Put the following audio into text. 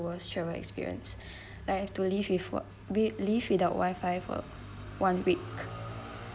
worst travel experience like I have to live with what we live without wifi for one week